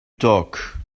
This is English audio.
talk